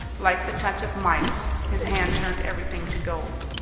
like the touch of midas, his hand turned everything to gold.